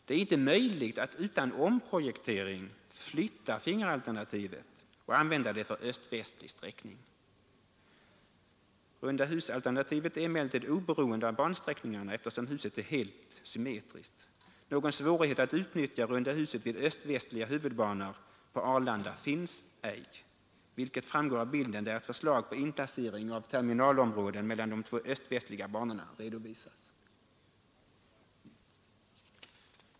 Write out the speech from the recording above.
Det är inte möjligt att utan en omprojektering flytta fingeralternativet och använda det för öst-västlig sträckning. Alternativet med runda huset är däremot oberoende av bansträckningarna, eftersom huset är helt symmetriskt. Någon svårighet att utnyttja runda huset vid öst-västliga huvudbanor på Arlanda finns således inte, vilket framgår av bilden där ett förslag på inpassering av terminalområdet mellan de två öst-västliga banorna redovisas.